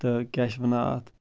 تہٕ کیٛاہ چھِ ونان اَتھ